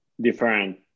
different